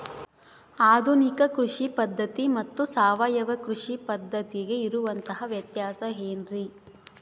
ಆಧುನಿಕ ಕೃಷಿ ಪದ್ಧತಿ ಮತ್ತು ಸಾವಯವ ಕೃಷಿ ಪದ್ಧತಿಗೆ ಇರುವಂತಂಹ ವ್ಯತ್ಯಾಸ ಏನ್ರಿ?